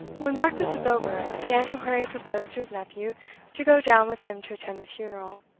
when breakfast was over, the antiquary proposed to his nephew to go down with him to attend the funeral.